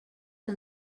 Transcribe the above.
que